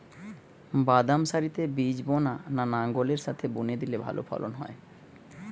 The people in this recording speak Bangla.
বাদাম সারিতে বীজ বোনা না লাঙ্গলের সাথে বুনে দিলে ভালো ফলন হয়?